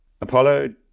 Apollo